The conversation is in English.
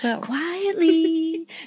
Quietly